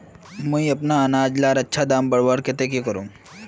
मुई अपना अनाज लार अच्छा दाम बढ़वार केते की करूम?